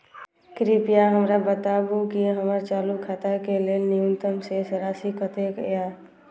कृपया हमरा बताबू कि हमर चालू खाता के लेल न्यूनतम शेष राशि कतेक या